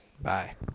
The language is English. Bye